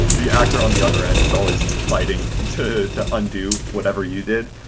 the actor on the other end is always fighting to to undo whatever you did.